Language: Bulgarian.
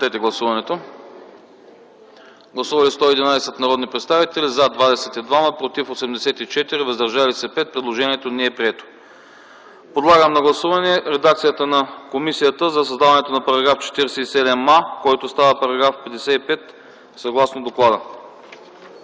Моля, гласуваме! Гласували 111 народни представители: за 22, против 84, въздържали се 5. Предложението не е прието. Подлагам на гласуване редакцията на комисията за създаване на § 47а, който става § 55, съгласно доклада.